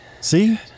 See